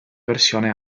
versione